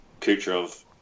Kucherov